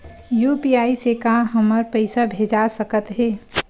UPI से का हमर पईसा भेजा सकत हे?